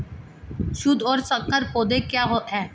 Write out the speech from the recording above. शुद्ध और संकर पौधे क्या हैं?